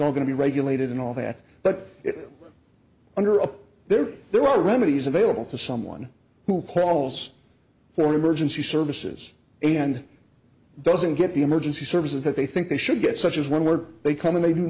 call going to be regulated and all that but under up there there are remedies available to someone who calls for emergency services and doesn't get the emergency services that they think they should get such as when were they come in they do